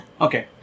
Okay